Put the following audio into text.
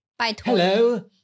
Hello